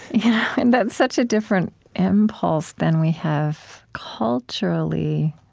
yeah and that's such a different impulse than we have culturally.